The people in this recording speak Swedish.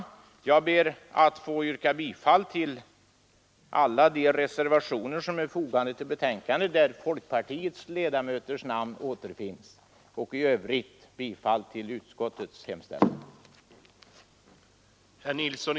Jag ber att få yrka bifall till alla de reservationer vid betänkandet, där folkpartiledamöternas namn återfinns, och i övrigt bifall till utskottets hemställan.